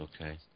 okay